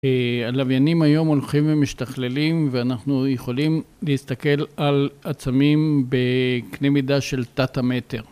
הלוויינים היום הולכים ומשתכללים ואנחנו יכולים להסתכל על עצמים בקנה מידה של תת המטר.